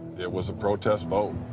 it was a protest vote.